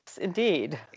indeed